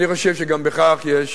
אני חושב שגם בכך יש